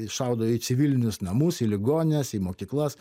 šaudo į civilinius namus į ligonines į mokyklas